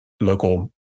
local